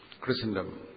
Christendom